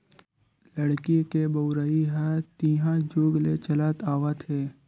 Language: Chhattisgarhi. लकड़ी के बउरइ ह तइहा जुग ले चलत आवत हे